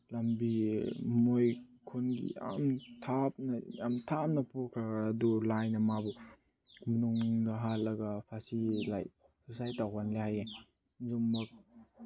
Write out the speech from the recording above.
ꯂꯝꯕꯤ ꯃꯣꯏ ꯈꯨꯟꯒꯤ ꯌꯥꯝ ꯊꯥꯞꯅ ꯌꯥꯝ ꯊꯥꯞꯅ ꯄꯨꯈ꯭ꯔꯒ ꯑꯗꯨ ꯂꯥꯏꯅ ꯃꯥꯕꯨ ꯅꯨꯡꯗ ꯍꯥꯠꯂꯒ ꯐꯥꯁꯤ ꯂꯥꯏꯛ ꯁꯨꯁꯥꯏꯠ ꯇꯧꯍꯜꯂꯦ ꯍꯥꯏꯌꯦ ꯌꯨꯝꯃꯛ